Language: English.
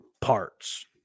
parts